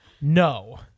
No